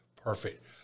Perfect